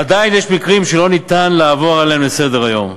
עדיין יש מקרים שאי-אפשר לעבור עליהם לסדר-היום?